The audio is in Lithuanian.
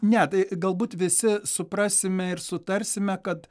ne tai galbūt visi suprasime ir sutarsime kad